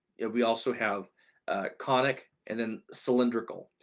we also have conic, and then cylindrical,